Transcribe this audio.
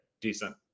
decent